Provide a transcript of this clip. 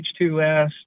H2S